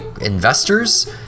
investors